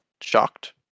shocked